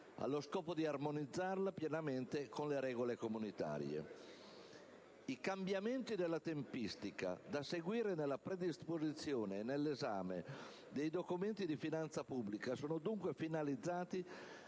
allo scopo di armonizzarla pienamente con le regole comunitarie. I cambiamenti della tempistica da seguire nella predisposizione e nell'esame dei documenti di finanza pubblica sono, dunque, finalizzati